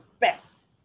best